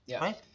right